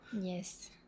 Yes